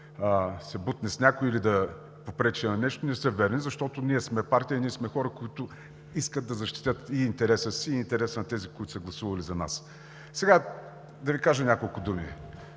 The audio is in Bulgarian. се бутне с някой или да попречи на нещо, не са верни, защото ние сме партия, ние сме хора, които искат да защитят и интереса си, и интереса на тези, които са гласували за нас. Сега ще Ви кажа няколко думи.